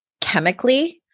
chemically